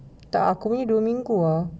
tak aku ni dua minggu ah